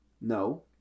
No